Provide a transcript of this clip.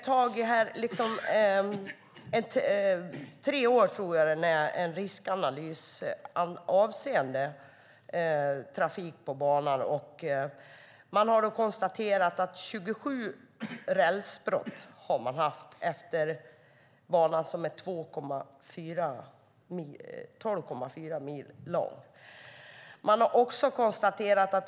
Jag har tagit del av en tre år gammal riskanalys avseende trafik på Västerdalsbanan. Det konstateras att 27 rälsbrott har inträffat på banan, som är 12,4 mil lång.